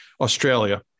Australia